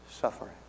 Suffering